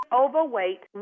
overweight